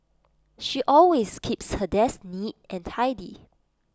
she always keeps her desk neat and tidy